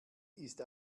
ist